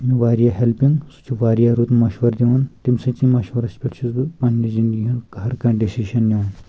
سُہ چھُ مےٚ واریاہ ہیلپِنٛگ سُہ چھُ واریاہ رُت مَشوَر دِوَان تمہِ سٕنٛدۍ سےٕ مَشوَرَس پؠٹھ چھُس بہٕ پَننہِ زِندگی ہُنٛد ہر کانٛہہ ڈیٚشِشَن نِوان